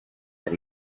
that